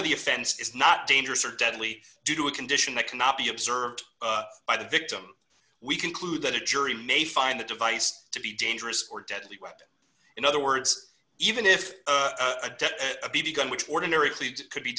of the offense it's not dangerous or deadly due to a condition that cannot be observed by the victim we conclude that a jury may find the device to be dangerous or deadly weapon in other words even if a death a b b gun which ordinary cleaved could be